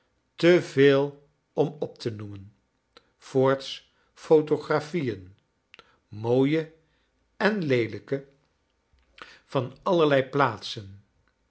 veel m p te aoeinen voorts photografieen mooie en leelijke van allerlei plaatsen